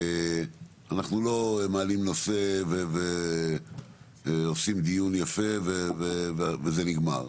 אנחנו לא מעלים נושא ועושים דיון יפה וזה נגמר.